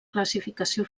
classificació